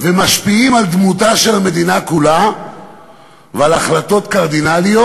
ומשפיעים על דמותה של המדינה כולה ועל החלטות קרדינליות.